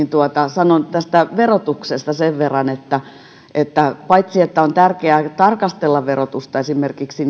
sanon tästä verotuksesta että että paitsi että on tärkeää tarkastella verotusta esimerkiksi